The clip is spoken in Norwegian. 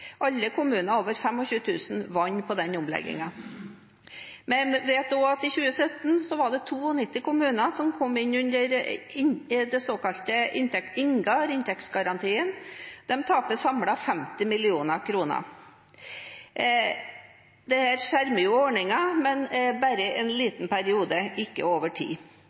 Alle kommuner med over 25 000 innbyggere vant på omleggingen. Vi vet også at i 2017 kom 92 kommuner inn under den såkalte INGAR, inntektsgarantien, og de taper samlet sett 500 mill. kr. Dette skjermer jo ordningen, men bare i en liten periode, ikke over tid.